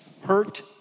hurt